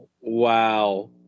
Wow